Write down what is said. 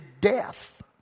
death